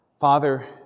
Father